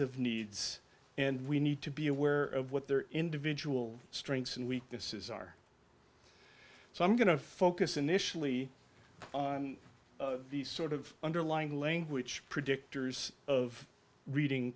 of needs and we need to be aware of what their individual strengths and weaknesses are so i'm going to focus initially on these sort of underlying language predictors of reading